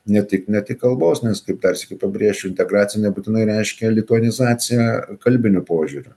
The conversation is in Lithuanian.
ne tik ne tik kalbos nes kaip dar sykį pabrėšiu integracija nebūtinai reiškia lituanizaciją kalbiniu požiūriu